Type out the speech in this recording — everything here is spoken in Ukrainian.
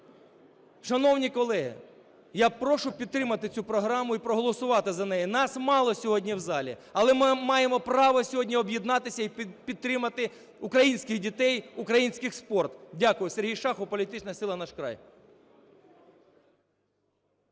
Шановні колеги, я прошу підтримати цю програму і проголосувати за неї. Нас мало сьогодні в залі, але маємо право сьогодні об'єднатися і підтримати українських дітей, український спорт. Дякую. Сергій Шахов, політична сила "Наш край".